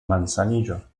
manzanillo